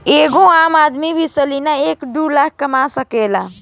एगो आम आदमी भी सालाना एक दू लाख कमा सकेला